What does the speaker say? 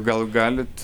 gal galit